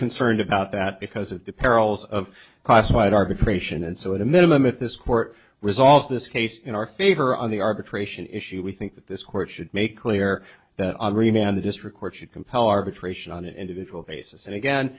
concerned about that because of the perils of classified arbitration and so at a minimum if this court resolves this case in our favor on the arbitration issue we think that this court should make clear that the district court should compel arbitration on an individual basis and again